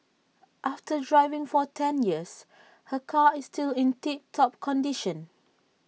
after driving for ten years her car is still in tip top condition